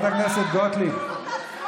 אין עבירה, אין שום,